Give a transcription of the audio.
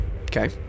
Okay